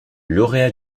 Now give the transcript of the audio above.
lauréat